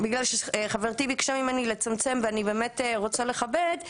מפני שחברתי ביקשה ממני לצמצם ואני באמת רוצה לכבד,